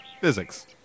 Physics